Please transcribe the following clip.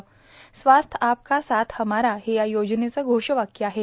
स्वास्थ्य आपका साथ हमारा हे या योजनेचं घोषवाक्य आहे